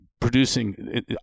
Producing